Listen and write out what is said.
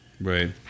Right